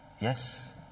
yes